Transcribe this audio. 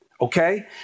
Okay